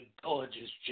gorgeous